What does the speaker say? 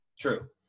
True